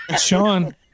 Sean